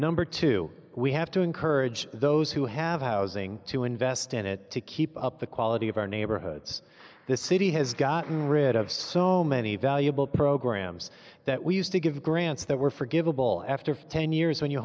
number two we have to encourage those who have housing to invest in it to keep up the quality of our neighborhoods the city has gotten rid of so many valuable programs that we used to give grants that were forgivable after ten years when you